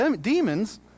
demons